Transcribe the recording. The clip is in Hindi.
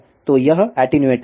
तो यह एटीन्यूएटर है